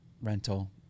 rental